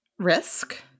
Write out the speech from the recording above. Risk